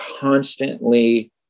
constantly